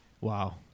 Wow